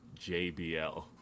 JBL